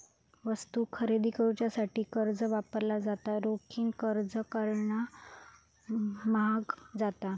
वस्तू खरेदी करुच्यासाठी कर्ज वापरला जाता, रोखीन खरेदी करणा म्हाग जाता